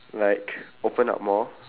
like opened up more